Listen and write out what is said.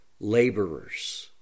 laborers